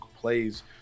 plays